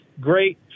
Great